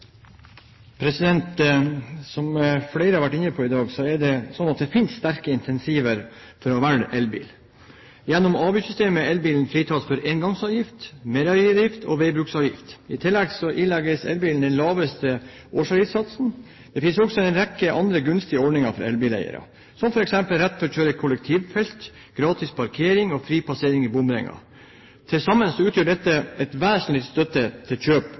Som flere har vært inne på i dag, finnes det sterke incentiver for å velge elbil. Gjennom avgiftssystemet er elbilen fritatt for engangsavgift, merverdiavgift og veibruksavgift. I tillegg ilegges elbilen den laveste årsavgiftssatsen. Det finnes også en rekke andre gunstige ordninger for elbileiere, som f.eks. rett til å kjøre i kollektivfelt, gratis parkering og fri passering i bomringer. Til sammen utgjør dette en vesentlig støtte til kjøp